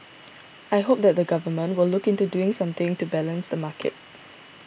I hope that the Government will look into doing something to balance the market